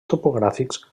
topogràfics